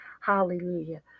hallelujah